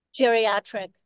Geriatric